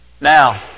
Now